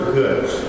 goods